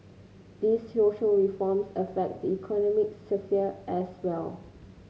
these social reforms affect the economic sphere as well